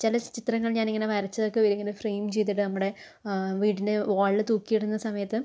ചില ചിത്രങ്ങൾ ഞാനിങ്ങനെ വരച്ചതൊക്കെ ഇവരിങ്ങനെ ഫ്രെയിം ചെയ്തിടുക നമ്മുടെ വീട്ടിൻ്റെ വോളിൽ തൂക്കിയിടുന്ന സമയത്ത്